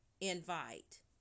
invite